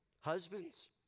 Husbands